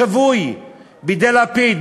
שבוי בידי לפיד.